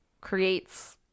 creates